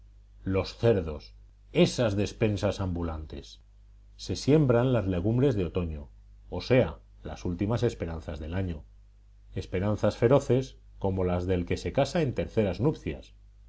los cerdos esas despensas ambulantes se siembran las legumbres de otoño o sea las últimas esperanzas del año esperanzas feroces como las del que se casa en terceras nupcias